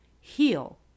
heal